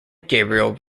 gabriel